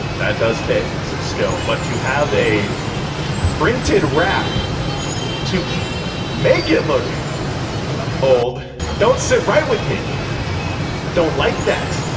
that does take some skill, but to have a printed wrap to make it look old don't sit right with me. i don't like that.